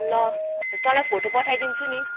ल तँलाई फोटो पठाइदिन्छु नि